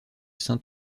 saint